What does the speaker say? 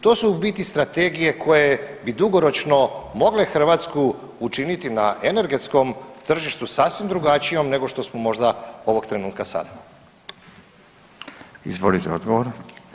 To su u biti strategije koje bi dugoročno mogle Hrvatsku učiniti na energetskom tržištu sasvim drugačijom nego što smo možda ovog trenutka možda sada.